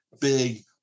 big